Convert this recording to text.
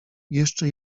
jeszcze